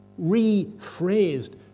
rephrased